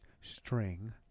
string